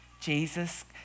jesus